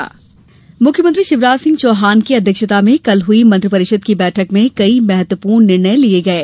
मंत्रिपरिषद मुख्यमंत्री शिवराज सिंह चौहान की अध्यक्षता में कल हुई मंत्रि परिषद की बैठक में कई महत्वपूर्ण निर्णय लिये गये